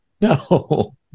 No